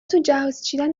توجهازچیدن